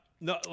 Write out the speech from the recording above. No